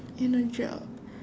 in a job